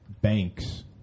banks